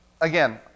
again